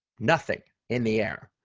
nothing in the air.